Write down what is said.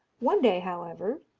one day, however,